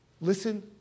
listen